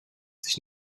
sich